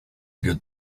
good